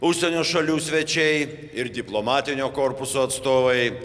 užsienio šalių svečiai ir diplomatinio korpuso atstovai